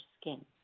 skin